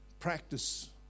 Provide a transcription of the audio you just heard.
Practice